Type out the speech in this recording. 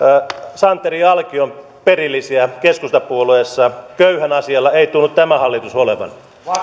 santeri alkion perillisiä keskustapuolueessa köyhän asialla ei tunnu tämä hallitus olevan